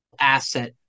asset